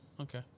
Okay